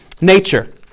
nature